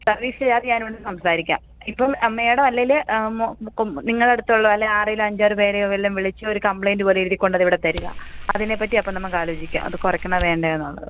service charge ഞാനിവിടെ സംസാരിക്കാം ഇപ്പം ആ മാഡം അല്ലേല് നമുക്കും നിങ്ങളുടെ അടുത്തുള്ള അല്ലേൽ ആരേലും അഞ്ചാറ് പേരെയോ വല്ലതും വിളിച്ചൊര് കംപ്ലയിൻറ്റ് പോലെ എഴുതി കൊണ്ടുവന്നവിടെ തരിക അതിനെ പറ്റി അപ്പം നമുക്ക് ആലോചിക്കാം അത് കുറയ്ക്കണോ വേണ്ടയോ എന്നുള്ളത്